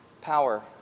power